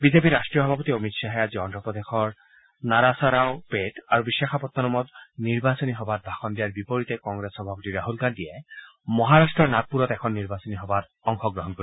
বিজেপিৰ ৰাষ্টীয় সভাপিত অমিত শ্বাহে আজি অন্ধ্ৰপ্ৰদেশৰ নৰাছাৰাওপেট আৰু বিশাখাপট্টনমত নিৰ্বাচনী সভাত ভাষণ দিয়াৰ বিপৰীতে কংগ্ৰেছ সভাপতি ৰাহুল গান্ধীয়ে মহাৰাট্টৰ নাগপূৰত এখন নিৰ্বাচনী সভাত অংশগ্ৰহণ কৰিব